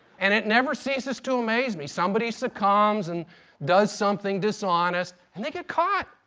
and it never ceases to amaze me somebody succumbs and does something dishonest, and they get caught!